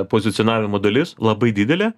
pozicionavimo dalis labai didelė